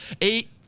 eight